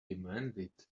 demanded